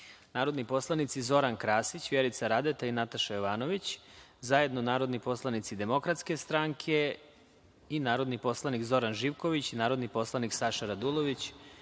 narodni poslanici Zoran Krasić, Vjerica Radeta i Nataša Jovanović, zajedno narodni poslanici DS i narodni poslanik Zoran Živković i narodni poslanik Saša Radulović. Reč